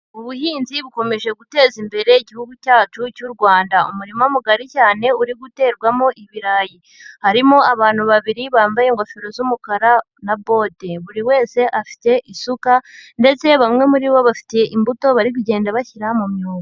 Ubuhinzi bukomeje guteza imbere Igihugu cyacu cy'u Rwanda, umurima mugari cyane uri guterwamo ibirayi, harimo abantu babiri bambaye ingofero z'umukara na bote, buri wese afite isuka ndetse bamwe muri bo bafite imbuto bari kugenda bashyira mu myobo.